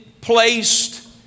placed